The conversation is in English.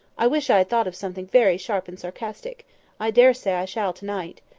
i wish i had thought of something very sharp and sarcastic i dare say i shall to-night.